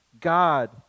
God